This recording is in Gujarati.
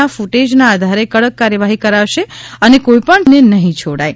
ના ક્રટેજના આધારે કડક કાર્યવાહી કરાશે અને કોઇપણ ચમરબંધીને નહી છોડાય